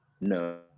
No